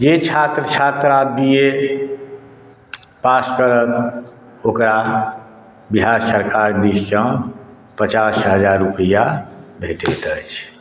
जे छात्र छात्रा बी ए पास करत ओकरा बिहार सरकार दिससँ पचास हजार रुपैआ भेटैत अछि